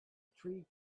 tree